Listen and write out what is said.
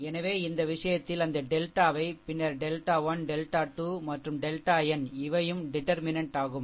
எனவே இந்த விஷயத்தில் அந்த டெல்டாவை பின்னர் டெல்டா 1 டெல்டா 2 மற்றும் டெல்டா n இவையும் டிடர்மினென்ட் ஆகும்